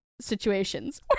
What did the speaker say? situations